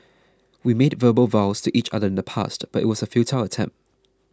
we made verbal vows to each other in the past but it was a futile attempt